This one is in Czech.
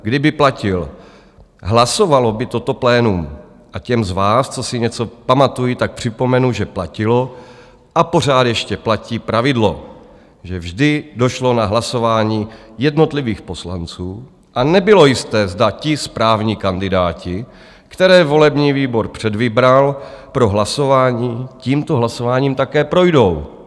Kdyby platil, hlasovalo by toto plénum a těm z vás, co si něco pamatují, připomenu, že platilo a pořád ještě platí pravidlo, že vždy došlo na hlasování jednotlivých poslanců a nebylo jisté, zda ti správní kandidáti, které volební výbor předvybral pro hlasování, tímto hlasováním také projdou.